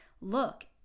look